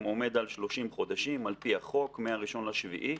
עומד על 30 חודשים על פי החוק מה-1 ביולי,